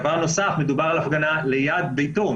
דבר נוסף מדובר על הפגנה ליד ביתו.